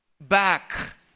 Back